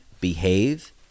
Behave